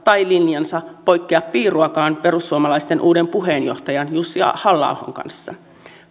tai linjansa poikkea piiruakaan perussuomalaisten uuden puheenjohtajan jussi halla ahon